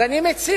אז אני מציע